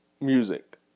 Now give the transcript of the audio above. Music